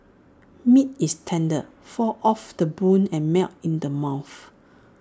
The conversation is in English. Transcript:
meat is tender falls off the bone and melts in the mouth